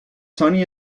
sunny